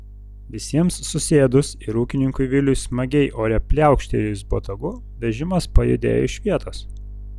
visiems susėdus ir ūkininkui viliui smagiai ore pliaukštelėjus botagu vežimas pajudėjo iš vietos